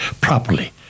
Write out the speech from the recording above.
properly